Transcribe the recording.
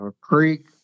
creek